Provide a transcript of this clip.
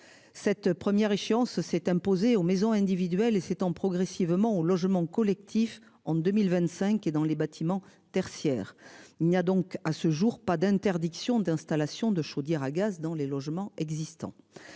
Cette première échéance s'est imposé aux maisons individuelles et s'étend progressivement au logement collectif en 2025 et dans les bâtiments tertiaires. Il n'y a donc à ce jour pas d'interdiction d'installation de chaudières à gaz dans les logements existants